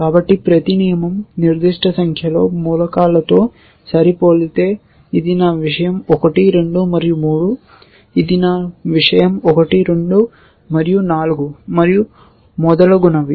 కాబట్టి ప్రతి నియమం నిర్దిష్ట సంఖ్యలో మూలకాలతో సరిపోలితే ఇది నా విషయం 1 2 మరియు 3 ఇది నా విషయం 1 2 మరియు 4 మరియు మొదలగునవి